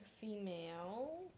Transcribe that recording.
female